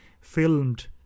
filmed